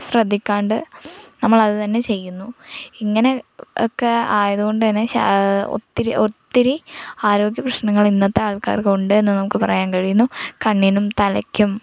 ശ്രദ്ധിക്കാണ്ട് നമ്മൾ അത് തന്നെ ചെയ്യുന്നു ഇങ്ങനെ ഒക്കെ ആയതുകൊണ്ട് തന്നെ ശ ഒത്തിരി ഒത്തിരി ആരോഗ്യ പ്രശ്നനങ്ങൾ ഇന്നത്തെ ആൾക്കാർക്ക് ഉണ്ട് എന്ന് നമുക്ക് പറയാൻ കഴിയുന്നു കണ്ണിനും തലക്കും